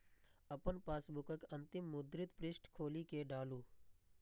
अपन पासबुकक अंतिम मुद्रित पृष्ठ खोलि कें डालू